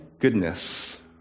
goodness